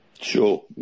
sure